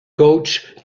coach